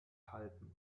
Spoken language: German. halten